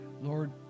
Lord